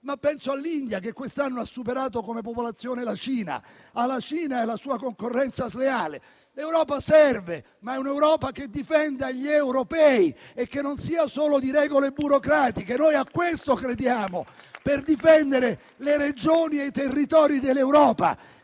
ma anche con l'India, che quest'anno ha superato come popolazione la Cina, o con la stessa Cina e con la sua concorrenza sleale? L'Europa serve, ma serve un'Europa che difenda gli europei e che non sia fatta solo di regole burocratiche. Noi a questo crediamo, per difendere le regioni e i territori dell'Europa,